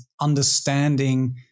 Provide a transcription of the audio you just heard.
understanding